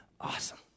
Awesome